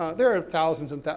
ah there are thousands and,